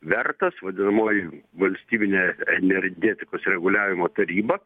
vertas vadinamoji valstybinė energetikos reguliavimo taryba